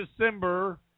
December